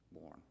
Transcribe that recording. born